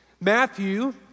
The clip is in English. Matthew